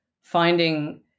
finding